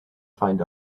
find